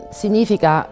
significa